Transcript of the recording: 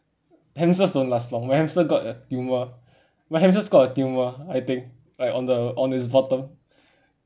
hamster don't last long my hamster got a tumor my hamsters got a tumor I think like on the on its bottom